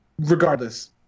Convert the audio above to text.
Regardless